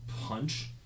punch